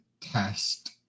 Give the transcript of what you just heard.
test